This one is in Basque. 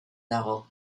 dago